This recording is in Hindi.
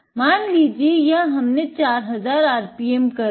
मान लीजिये यह हमने 4000 rpm कर दिया